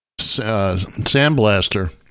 Sandblaster